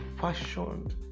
fashioned